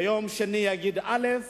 ביום שני יגיד א',